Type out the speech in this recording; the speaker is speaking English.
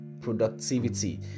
productivity